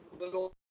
little